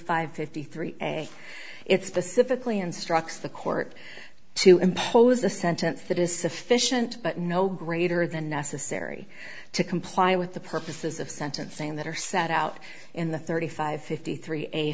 five fifty three a it specifically instructs the court to impose a sentence that is sufficient but no greater than necessary to comply with the purposes of sentencing that are set out in the thirty five fifty three a